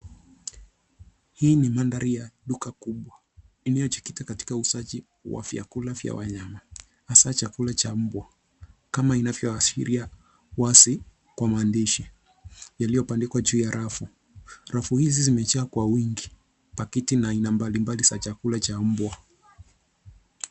Hii ni mandhari ya duka kubwa iliyojikita katika uuzaji wa vyakula vya wanyama hasa chakula cha mbwa kama inavyoashairia wazi kwa maandishi yaliyoandikwa juu ya rafu. Rafu hizi zimejaa kwa wingi pakiti aina mbalimbal za chakula cha mbwa.